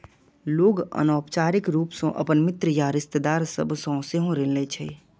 लोग अनौपचारिक रूप सं अपन मित्र या रिश्तेदार सभ सं सेहो ऋण लै छै